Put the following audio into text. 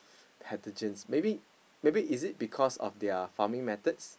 pathogens maybe maybe is it because of their farming methods